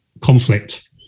conflict